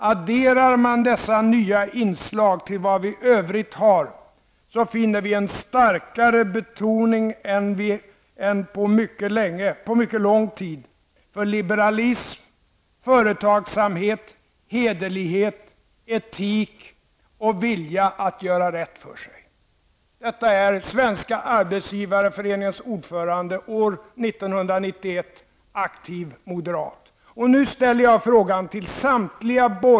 Adderar man dessa nya inslag till vad vi i övrigt har så finner vi en starkare betoning än på mycket lång tid för liberalism, företagsamhet, hederlighet, etik och vilja att göra rätt för sig. Så uttalar sig Svenska arbetsgivareföreningens ordförande år 1991, aktiv moderat.